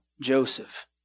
Joseph